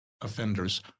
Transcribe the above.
offenders